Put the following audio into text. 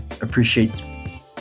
appreciate